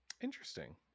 Interesting